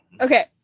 Okay